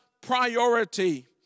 priority